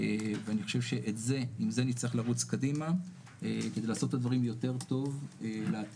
ואני חושב שעם זה נצטרך לרוץ קדימה כדי לעשות את הדברים יותר טוב לעתיד.